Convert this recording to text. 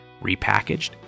repackaged